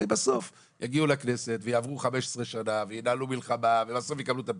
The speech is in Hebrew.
הרי יגיעו לכנסת ויעברו 15 שנה וינהלו מלחמה ובסוף יקבלו את הפיצויים.